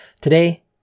Today